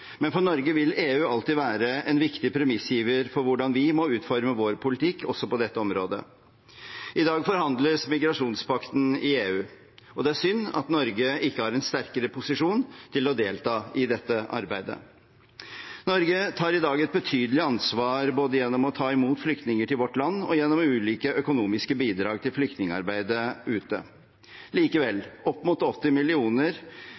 Men for Norge vil EU alltid være en viktig premissgiver for hvordan vi må utforme vår politikk også på dette området. I dag forhandles migrasjonspakten i EU, og det er synd at Norge ikke har en sterkere posisjon til å delta i dette arbeidet. Norge tar i dag et betydelig ansvar både gjennom å ta imot flyktninger til vårt land og gjennom ulike økonomiske bidrag til flyktningarbeidet ute.